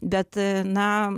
bet na